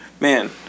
man